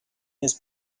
his